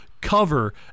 cover